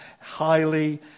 highly